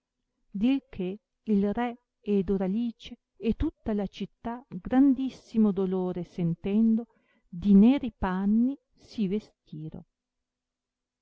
dil che il re e doralice e tutta la città grandissimo dolore sentendo di neri panni si vestirò